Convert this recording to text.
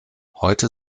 heute